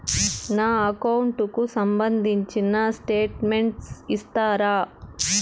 నా అకౌంట్ కు సంబంధించిన స్టేట్మెంట్స్ ఇస్తారా